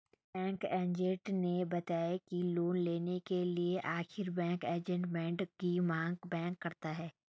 bank agent ने बताया की लोन लेने के लिए आखिरी बैंक स्टेटमेंट की मांग बैंक करता है